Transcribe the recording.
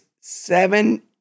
seven